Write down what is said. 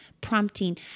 prompting